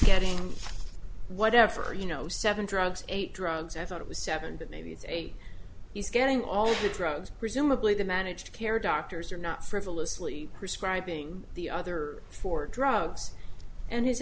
getting whatever you know seven drugs eight drugs i thought it was seven but maybe it's a he's getting all the drugs presumably the managed care doctors are not frivolously prescribing the other for drugs and his